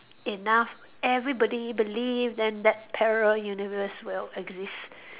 enough everybody believe then that parallel universe will exist